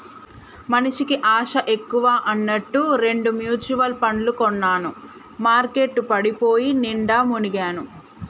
మనిషికి ఆశ ఎక్కువ అన్నట్టు రెండు మ్యుచువల్ పండ్లు కొన్నాను మార్కెట్ పడిపోయి నిండా మునిగాను